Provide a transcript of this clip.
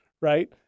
right